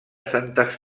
santes